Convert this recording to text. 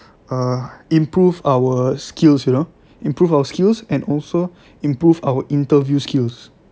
uh improve our skills you know improve our skills and also improve our interview skills